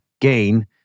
gain